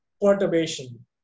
perturbation